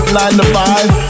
nine-to-five